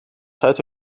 zuid